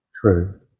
true